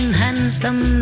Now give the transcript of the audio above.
handsome